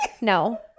No